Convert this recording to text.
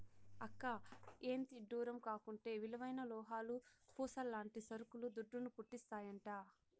అక్కా, ఎంతిడ్డూరం కాకుంటే విలువైన లోహాలు, పూసల్లాంటి సరుకులు దుడ్డును, పుట్టిస్తాయంట